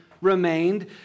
remained